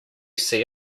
see